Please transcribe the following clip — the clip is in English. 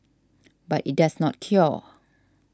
but it does not cure